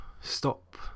stop